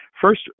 first